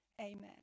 Amen